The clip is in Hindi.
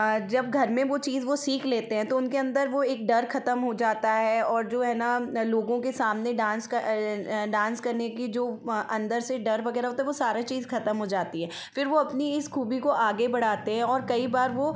जब घर में वो चीज़ सीख लेते हैं तो उनके अन्दर वो एक डर खत्म हो जाता हैं और जो हैं न लोगों के सामने डांस डांस करने की जो अन्दर से डर वगैरह होता हैं वो सारा चीज़ खत्म हो जाती है फिर वो अपनी इस खूबी को आगे बढ़ाते और कई बार वो